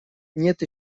нет